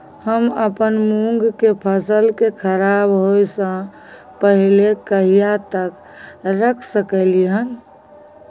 हम अपन मूंग के फसल के खराब होय स पहिले कहिया तक रख सकलिए हन?